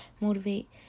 motivate